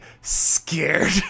scared